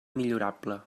millorable